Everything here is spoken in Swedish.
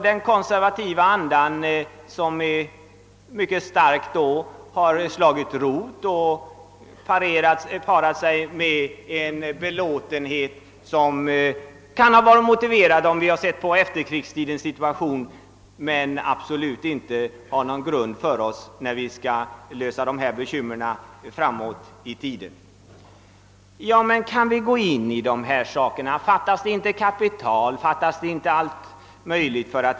Den konservativa andan som är mycket stark har då slagit rot och parat sig med en belåtenhet, som kan ha varit motiverad om vi alltjämt hade efterkrigstidens situation men som absolut inte duger när vi skall lösa de problem som ligger framför oss. Men kan vi då gå in för dessa beslut redan nu? Fattas inte kapital?